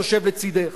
שיושב לצדך.